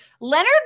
Leonard